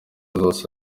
zose